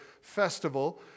festival